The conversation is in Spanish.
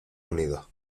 unidos